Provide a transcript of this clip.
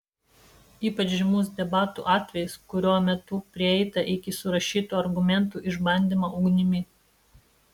ypač žymus debatų atvejis kurio metu prieita iki surašytų argumentų išbandymo ugnimi